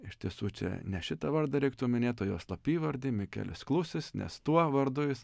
iš tiesų čia ne šitą vardą reiktų minėt o jo slapyvardį mikelis klusis nes tuo vardu jis